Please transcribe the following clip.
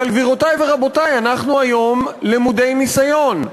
אבל, גבירותי ורבותי, אנחנו היום למודי ניסיון.